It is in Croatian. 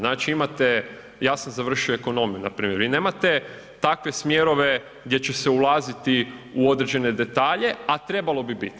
Znači imate, ja sam završio ekonomiju npr. vi nemate takve smjerove gdje će se ulaziti u određene detalje, a trebalo bi biti.